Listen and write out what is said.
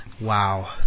Wow